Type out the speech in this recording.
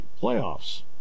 Playoffs